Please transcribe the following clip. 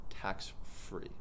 tax-free